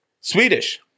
Swedish